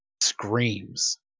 screams